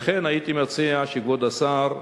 לכן הייתי מציע שכבוד השר,